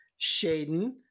Shaden